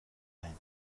байна